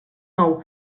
nou